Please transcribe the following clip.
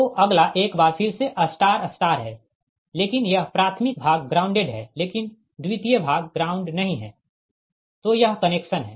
तो अगला एक बार फिर से स्टार स्टार है लेकिन यह प्राथमिक भाग ग्राउंडेड है लेकिन द्वितीय भाग ग्राउंड नहीं है तो यह कनेक्शन है